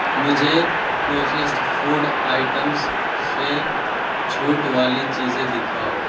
مجھے processed food items سے چھوٹ والی چیزیں دکھاؤ